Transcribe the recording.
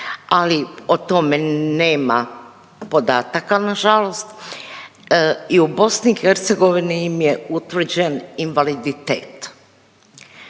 ali o tome nema podataka nažalost i u BiH im je utvrđen invaliditet